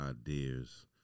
ideas